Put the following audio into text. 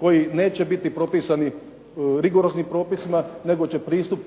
koji neće biti propisani rigoroznim propisima nego će pristup